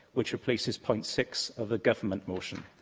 which replaces point six of the government motion.